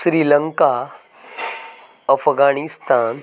Sri Lanka Afghanistan